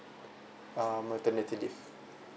uh maternity leave